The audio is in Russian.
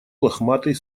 лохматый